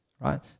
right